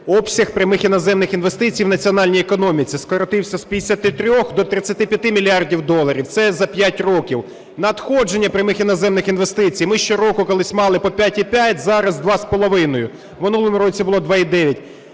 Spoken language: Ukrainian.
Обсяг прямих іноземних інвестицій у національній економіці скоротився з 53 до 35 мільярдів доларів, це за 5 років. Надходження прямих іноземних інвестицій, ми щороку колись мали по 5,5, зараз 2,5, у минулому році було 2,9.